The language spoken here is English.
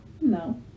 No